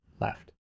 left